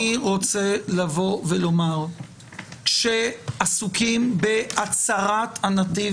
אני רוצה לבוא ולומר שכאשר עסוקים בהצרת הנתיב